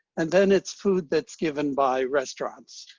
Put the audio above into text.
and then it's food that's given by restaurants.